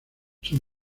sus